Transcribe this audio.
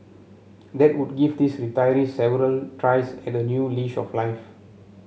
that would give these retirees several tries at a new leash of life